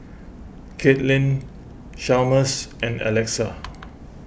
Caitlin Chalmers and Alexa